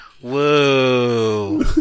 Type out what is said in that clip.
Whoa